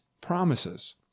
promises